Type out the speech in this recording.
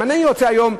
אם אני יוצא היום,